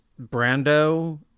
Brando